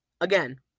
Again